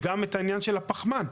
גם בעניין של הפחמן.